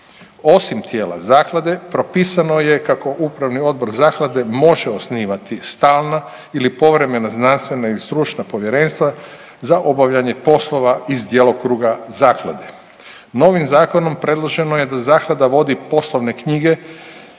Osim tijela zaklade propisano je kako upravni odbor zaklade može osnivati stalna ili povremena, znanstvena ili stručna povjerenstva za obavljanje poslova iz djelokruga zaklade. Novim zakonom predloženo je da zaklada vodi poslovne knjige